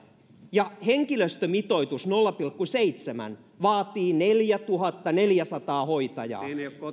ja henkilöstömitoitus nolla pilkku seitsemän vaatii neljätuhattaneljäsataa hoitajaa